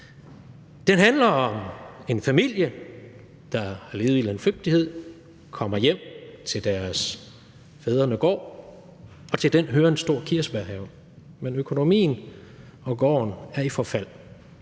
Det handler om en familie, der har levet i landflygtighed, kommer hjem til deres fædrene gård, og til den hører en stor kirsebærhave. Men økonomien og gården er i forfald.